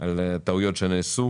על טעויות שנעשו